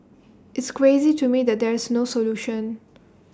it's crazy to me that there's no solution